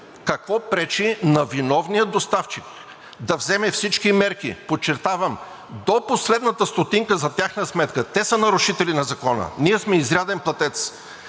Какво пречи на виновния доставчик да вземе всички мерки, подчертавам, до последната стотинка за тяхна сметка – те са нарушители на закона, ние сме изряден платец,